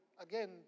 Again